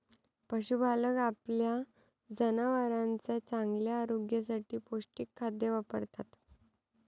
पशुपालक आपल्या जनावरांच्या चांगल्या आरोग्यासाठी पौष्टिक खाद्य वापरतात